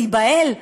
הוא ייבהל.